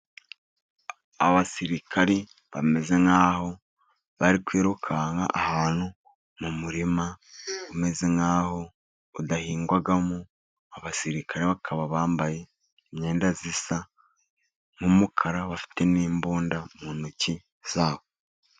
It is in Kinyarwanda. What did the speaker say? Abasirikari bameze nkaho bari kwirukanka ahantu mu murima umeze nkaho udahingwamo, abasirikare bakaba bambaye imyenda isa nk'umukara, bafite n'imbunda mu ntoki zabo.